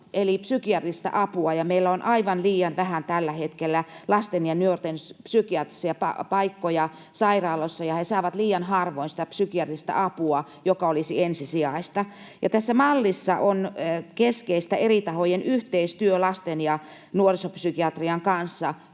eli psykiatrista apua. Meillä on aivan liian vähän tällä hetkellä lasten ja nuorten psykiatrisia paikkoja sairaaloissa, ja he saavat liian harvoin sitä psykiatrista apua, joka olisi ensisijaista. Tässä mallissa on keskeistä eri tahojen yhteistyö lasten- ja nuorisopsykiatrian kanssa